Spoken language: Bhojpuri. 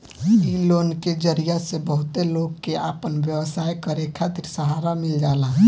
इ लोन के जरिया से बहुते लोग के आपन व्यवसाय करे खातिर सहारा मिल जाता